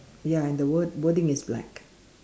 ya and the word wording is black